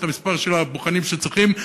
את מספר הבוחנים שצריכים,